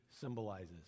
symbolizes